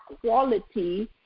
quality